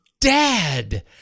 dad